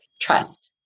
Trust